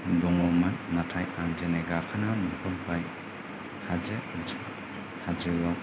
दङमोन नाथाय आं दिनै गाखोना नुहुरबाय हाजो ओनसोल हाजोआव